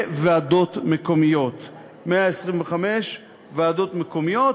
לוועדות מקומיות 125 ועדות מקומיות.